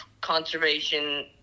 conservation